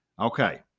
Okay